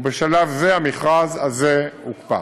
ובשלב זה המכרז הזה הוקפא.